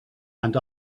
and